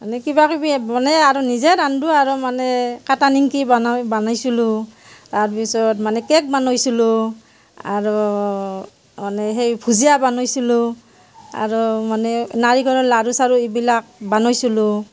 মানে কিবকিবি বানাই আৰু নিজে ৰান্ধো আৰু মানে কাটা নিমকি বনাই বনাইছিলোঁ তাৰ পিছত মানে কেক বনাইছিলোঁ আৰু মানে সেই ভুজিয়া বনাইছিলোঁ আৰু মানে নাৰিকলৰ লাড়ু চাৰু এইবিলাক বনাইছিলোঁ